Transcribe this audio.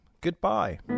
goodbye